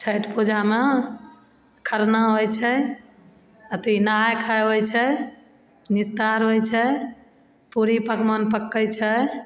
छैठ पूजामे खरना होइ छै अथी नहाय खाय होइ छै निस्तार होइ छै पूरी पकवान पकइ छै